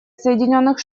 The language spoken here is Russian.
соединенных